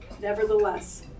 nevertheless